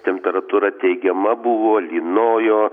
temperatūra teigiama buvo lynojo